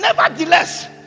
nevertheless